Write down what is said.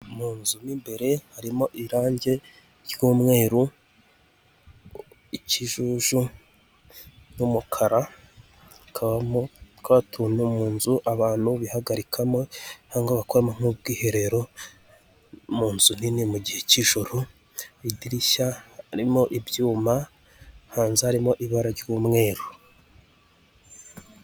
Munzu mw'imbere harimo irangi ry'umweru, ikijuju n'umukara. Hakabamo twa tuntu mu nzu abantu bihagarikamo cyangwa bakoramo nk'ubwiherero, mu nzu nini mu gihe cy'ijoro. Idirishya harimo ibyuma, hanze harimo ibara ry'umweru.